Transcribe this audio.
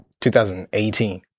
2018